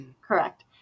correct